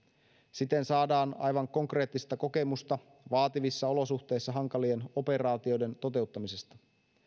siten saadaan aivan konkreettista kokemusta vaativissa olosuhteissa hankalien operaatioiden toteuttamisesta